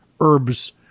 herbs